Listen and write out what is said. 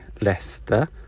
Leicester